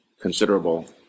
considerable